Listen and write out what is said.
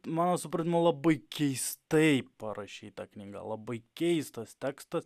mano supratimu labai keistai parašytą knygą labai keistas tekstas